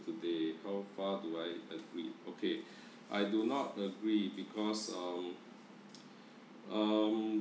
today how far do I agree okay I do not agree because um um